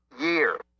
year